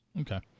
Okay